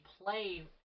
play